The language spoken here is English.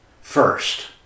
first